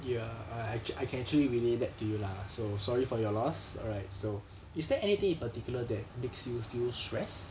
ya err actu~ I can actually relay that to you lah so sorry for your loss alright so is there anything in particular that makes you feel stressed